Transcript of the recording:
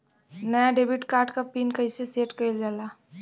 नया debit card क pin कईसे सेट कईल जाला?